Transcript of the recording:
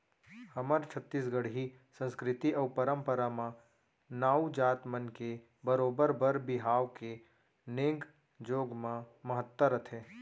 हमर छत्तीसगढ़ी संस्कृति अउ परम्परा म नाऊ जात मन के बरोबर बर बिहाव के नेंग जोग म महत्ता रथे